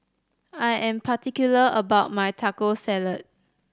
I am particular about my Taco Salad